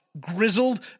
grizzled